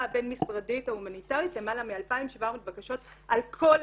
הבין משרדית ההומניטרית למעלה מ-2,700 בקשות על כל הנושאים,